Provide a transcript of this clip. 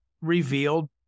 revealed